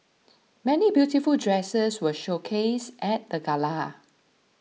many beautiful dresses were showcased at the gala